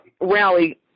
Rally